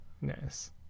Nice